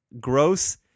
gross